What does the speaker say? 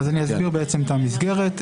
אני אסביר את המסגרת.